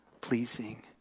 pleasing